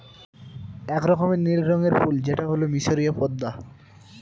এক রকমের নীল রঙের ফুল যেটা হল মিসরীয় পদ্মা